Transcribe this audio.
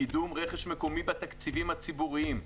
קידום רכש מקומי בתקציבים הציבוריים.